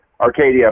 Arcadia